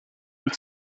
who